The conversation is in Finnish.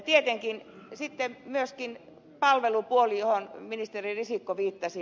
tietenkin sitten myöskin palvelupuoli johon ministeri risikko viittasi